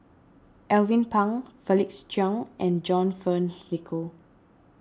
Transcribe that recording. Alvin Pang Felix Cheong and John Fearns Nicoll